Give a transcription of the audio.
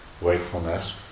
wakefulness